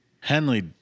Henley